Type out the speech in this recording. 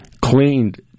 cleaned